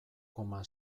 koma